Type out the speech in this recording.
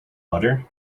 butter